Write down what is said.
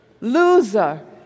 loser